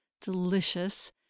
delicious